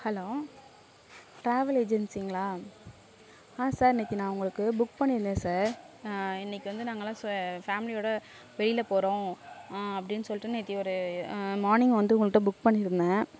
hello travel ஏஜென்சிங்களா ஆ sir இன்றைக்கு நான் உங்களுக்கு புக் பண்ணியிருந்தேன் சார் இன்றைக்கு வந்து நாங்கெளெல்லாம் ஃபேம்லியோடு வெளியில் போகிறோம் அப்படினு சொல்லிவிட்டு நேத்து ஒரு மார்னிங் வந்து உங்கள்கிட்ட புக் பண்ணியிருந்தேன்